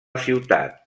ciutat